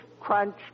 crunch